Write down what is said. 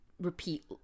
repeat